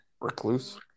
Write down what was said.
Recluse